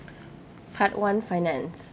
part one finance